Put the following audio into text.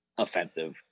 Offensive